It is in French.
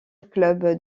club